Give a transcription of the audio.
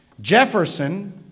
Jefferson